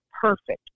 perfect